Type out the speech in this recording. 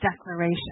declaration